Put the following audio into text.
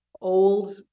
old